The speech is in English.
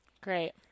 Great